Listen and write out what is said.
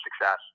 success